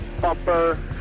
bumper